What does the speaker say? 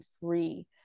free